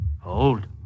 Hold